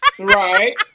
right